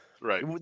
Right